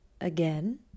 again